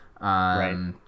Right